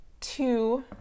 two